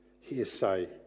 hearsay